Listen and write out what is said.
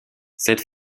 cette